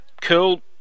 cool